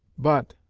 but,